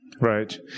Right